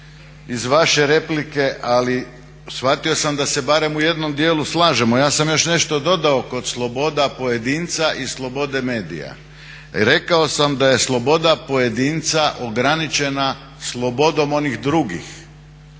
Iz vaše replike ali shvatio sam da se barem u jednom djelu slažemo. Ja sam još nešto dodao kod sloboda pojedinca i slobode medija. Rekao sam da je sloboda pojedinca ograničena slobodom onih drugih